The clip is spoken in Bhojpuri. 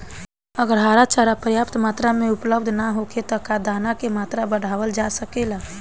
अगर हरा चारा पर्याप्त मात्रा में उपलब्ध ना होखे त का दाना क मात्रा बढ़ावल जा सकेला?